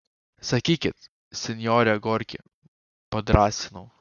sakykit sinjore gorki padrąsinau